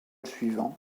suivant